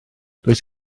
does